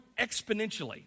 exponentially